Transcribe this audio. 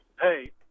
Hey